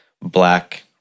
black